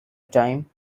time